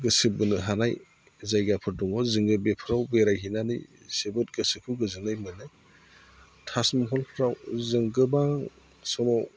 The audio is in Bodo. गोसो बोनो हानाय जायगाफोर दङ जोङो बेफोराव बेरायहैनानै जोबोद गोसोखौ गोजोननाय मोनो ताजमहलफ्राव जों गोबां सल'